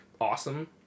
awesome